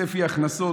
צפי הכנסות,